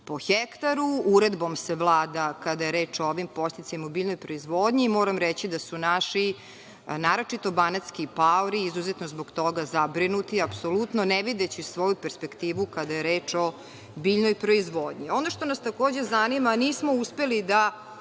po hektaru. Uredbom se, kada je reč o ovim podsticajima o biljnoj proizvodnji, moram reći da su naši, naročito banatski paori izuzetno zbog toga zabrinuti, apsolutno ne videći svoju perspektivu kada je reč o biljnoj proizvodnji. Ono što nas takođe zanima, a nismo uspeli da